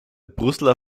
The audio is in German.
brüsseler